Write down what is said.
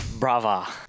Brava